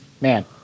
Man